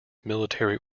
military